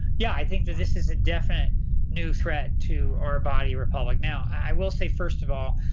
yeah, i think that this is a definite new threat to our body republic now. i will say first of all,